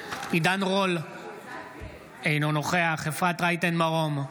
עידן רול, אינו נוכח אפרת רייטן מרום,